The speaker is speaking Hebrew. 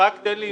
רק תן לי.